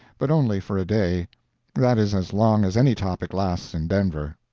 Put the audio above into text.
but only for a day that is as long as any topic lasts in denver.